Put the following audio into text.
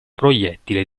proiettile